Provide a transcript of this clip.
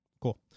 Cool